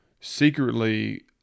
secretly